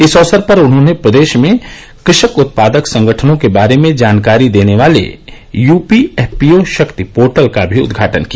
इस अवसर पर उन्होंने प्रदेश में कृषक उत्पादक संगठनों के बारे में जानकारी देने वाले यूपी एफपीओ शक्ति पोर्टल का भी उदघाटन किया